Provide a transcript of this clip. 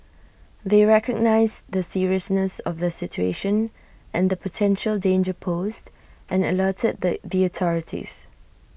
they recognised the seriousness of the situation and the potential danger posed and alerted the authorities